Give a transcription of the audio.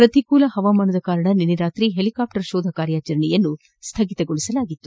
ಪ್ರತಿಕೂಲ ಹವಾಮಾನದ ಕಾರಣ ನಿನ್ನೆ ರಾತ್ರಿ ಹೆಲಿಕಾಪ್ಟರ್ ಶೋಧ ಕಾರ್ಯ ಸ್ಥಗಿತಗೊಳಿಸಲಾಗಿತ್ತು